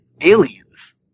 aliens